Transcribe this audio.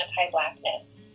anti-blackness